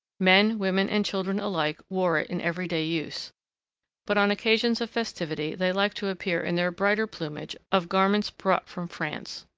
men, women, and children alike wore it in everyday use but on occasions of festivity they liked to appear in their brighter plumage of garments brought from france.